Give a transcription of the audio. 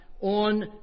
on